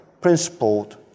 principled